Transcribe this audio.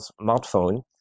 smartphone